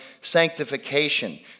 sanctification